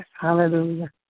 Hallelujah